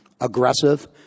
aggressive